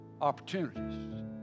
opportunities